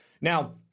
Now